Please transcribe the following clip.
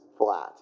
flat